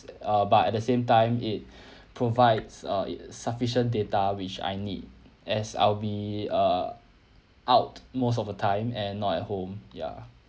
uh uh but at the same time it provides uh it uh sufficient data which I need as I'll be uh out most of the time and not at home ya